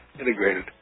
integrated